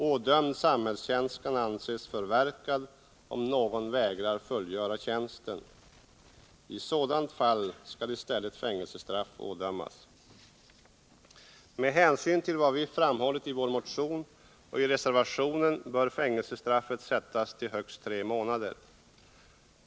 Ådömd samhällstjänst skall anses förverkad om någon vägrar fullgöra tjänsten. I sådant fall skall i stället fängelsestraff ådömas. Med hänsyn till vad vi framhållit i vår motion och i reservationen bör fängelsestraffet sättas till högst tre månader.